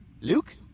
Luke